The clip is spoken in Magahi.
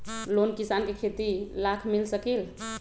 लोन किसान के खेती लाख मिल सकील?